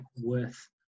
worth